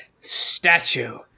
statue